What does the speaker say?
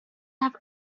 have